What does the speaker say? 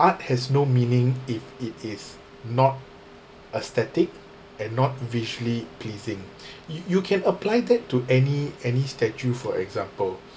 art has no meaning if it is not aesthetic and not visually pleasing you you can apply that to any any statue for example